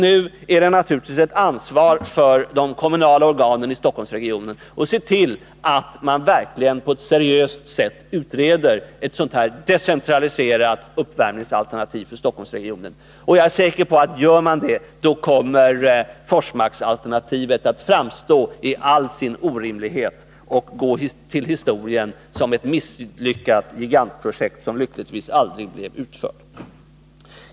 Nu är det naturligtvis ett ansvar för de kommunala organen i Stockholmsregionen att se till att en sådan decentraliserad uppvärmning i Stockholmsregionen verkligen utreds på ett seriöst sätt. Jag är säker på att om man gör det kommer Forsmarksalternativet att framstå i all sin orimlighet och gå till historien som ett misslyckat gigantprojekt som lyckligtvis aldrig blev utfört.